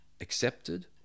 accepted